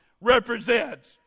represents